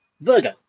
Virgo